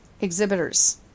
Exhibitors